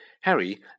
Harry